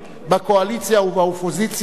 בקואליציה ובאופוזיציה,